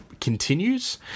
continues